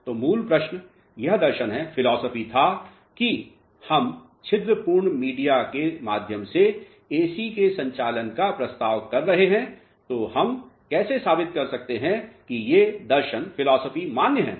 तो मूल प्रश्न यह दर्शन था कि हम छिद्रपूर्ण मीडिया के माध्यम से एसी के संचालन का प्रस्ताव कर रहे हैं तो हम कैसे साबित कर सकते हैं कि ये दर्शन मान्य हैं